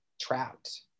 trapped